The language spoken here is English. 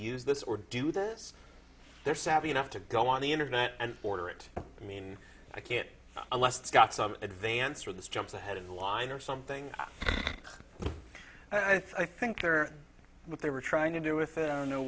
use this or do this they're savvy enough to go on the internet and order it i mean i can't unless it's got some advance or this jumps ahead of the line or something i think or what they were trying to do with it i don't know